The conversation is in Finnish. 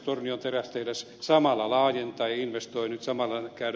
tornion terästehdas samalla laajentaa ja investoi